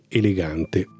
elegante